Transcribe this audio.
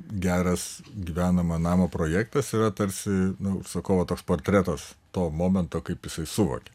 geras gyvenamojo namo projektas yra tarsi nu užsakovo toks portretas to momento kaip jisai suvokė